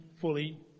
fully